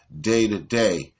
day-to-day